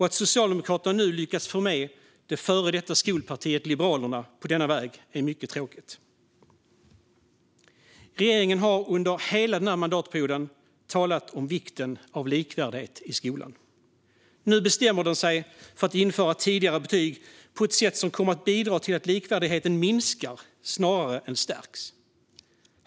Att Socialdemokraterna nu lyckats få med det före detta skolpartiet Liberalerna på denna väg är mycket tråkigt. Regeringen har under hela denna mandatperiod talat om vikten av likvärdighet i skolan. Nu bestämmer den sig för att införa tidigare betyg på ett sätt som kommer att bidra till att likvärdigheten minskar snarare än stärks.